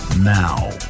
Now